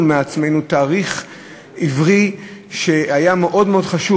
מעצמנו תאריך עברי שהיה מאוד מאוד חשוב,